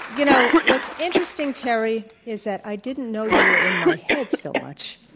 you know what's interesting terry is that i didn't know you were in my head so much.